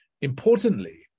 Importantly